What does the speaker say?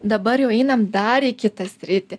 dabar jau einam dar į kitą sritį